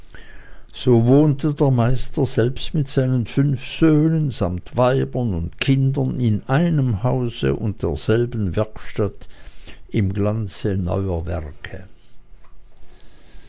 so wohnte der meister selbst mit seinen fünf söhnen samt ihren weibern und kindern in einem hause und derselben werkstatt im glanz neuer werke